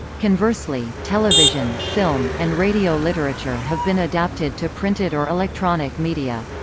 conversely, television, film, and radio literature have been adapted to printed or electronic media.